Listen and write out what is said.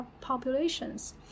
populations